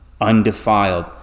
undefiled